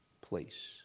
place